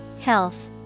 Health